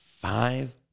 five